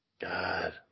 God